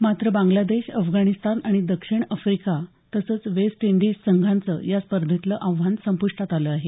मात्र बांग्लादेश अफगाणिस्तान दक्षिण आफ्रिका आणि वेस्ट इंडीज संघांचं या स्पर्धेतलं आव्हान संपुष्टात आलं आहे